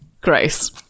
grace